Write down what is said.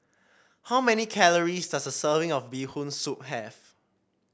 how many calories does a serving of Bee Hoon Soup have